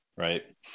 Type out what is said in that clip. Right